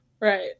right